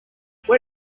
where